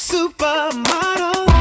Supermodel